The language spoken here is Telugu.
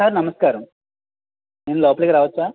సార్ నమస్కారం నేను లోపలికి రావచ్చా